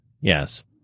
Yes